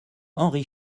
henri